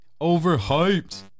Overhyped